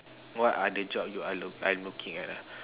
what are the job you are are looking at ah